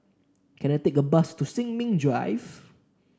can I take a bus to Sin Ming Drive